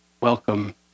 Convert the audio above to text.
Welcome